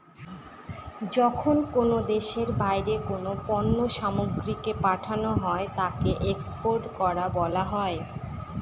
যখন কোনো দেশের বাইরে কোনো পণ্য সামগ্রীকে পাঠানো হয় তাকে এক্সপোর্ট করা বলা হয়